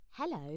Hello